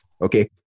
okay